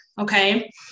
Okay